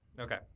Okay